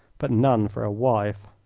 but none for a wife.